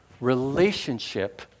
relationship